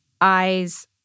eyes